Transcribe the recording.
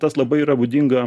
tas labai yra būdinga